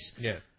Yes